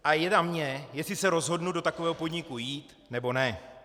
A je na mně, jestli se rozhodnu do takového podniku jít, nebo ne.